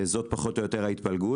זאת פחות או יותר ההתפלגות.